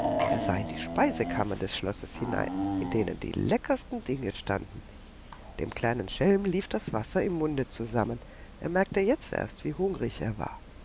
er sah in die speisekammern des schlosses hinein in denen die leckersten dinge standen dem kleinen schelm lief das wasser im munde zusammen er merkte jetzt erst wie hungrig er war